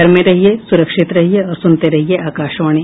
घर में रहिये सुरक्षित रहिये और सुनते रहिये आकाशवाणी